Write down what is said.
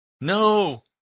No